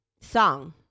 Song